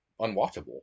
unwatchable